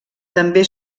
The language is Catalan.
també